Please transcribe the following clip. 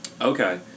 Okay